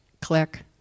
click